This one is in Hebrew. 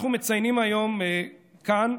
אנחנו מציינים היום כאן,